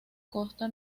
costa